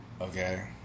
Okay